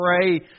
pray